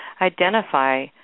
identify